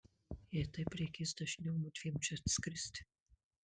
jei taip reikės dažniau mudviem čia atskristi